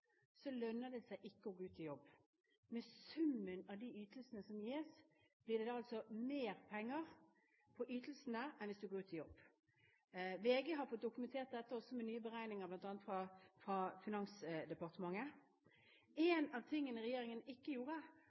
så vi at det gjør de ikke gjennomført. Vi har fått dokumentert at for en hel rekke grupper lønner det seg ikke å gå ut i jobb. Med summen av de ytelsene som gis, blir det altså mer penger i ytelser enn hvis man går ut i jobb. VG har også fått dokumentert dette med nye beregninger bl.a. fra Finansdepartementet.